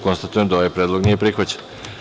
Konstatujem da ovaj predlog nije prihvaćen.